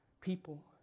people